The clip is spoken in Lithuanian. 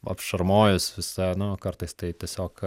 apšarmojus visa nu kartais tai tiesiog